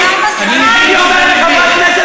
הוא לא נורה בדם קר.